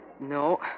No